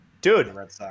Dude